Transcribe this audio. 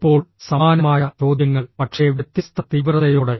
ഇപ്പോൾ സമാനമായ ചോദ്യങ്ങൾ പക്ഷേ വ്യത്യസ്ത തീവ്രതയോടെ